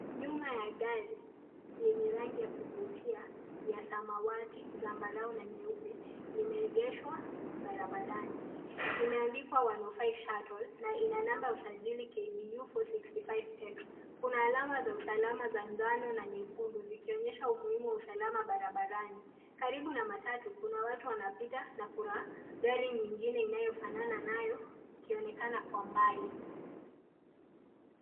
Nyuma ya gari yenye rangi ya kuvutia ya samawati, zambarau na nyeupe limeegeshwa barabarani. Imeandikwa 105 Shuttle na ina namba ya usajili KBU 465X. Kuna alama za usalama za njano na nyekundu zikionyesha umuhimu wa usalama barabarani. Karibu na matatu kuna watu wanapita na kuna gari nyingine inayofanana nayo ikionekana kwa mbali.